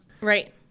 right